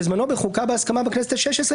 זמני עד סוף הכנסת, פלוס שנה בכנסת הבאה.